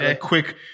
quick